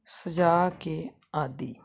ਸਜਾ ਕੇ ਆਦਿ